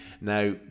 Now